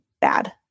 bad